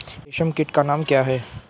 रेशम कीट का नाम क्या है?